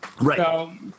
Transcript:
Right